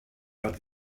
but